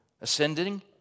ascending